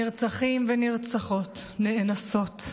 נרצחים ונרצחות, נאנסות,